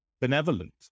benevolent